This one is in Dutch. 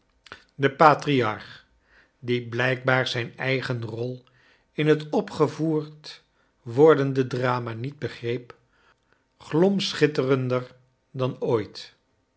de patriarch die blijkbaar zijn eigen rol in bet opgevoerd wordende drama niet begreep glom schitterender dan ooit